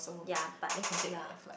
yeah but yeah